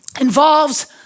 involves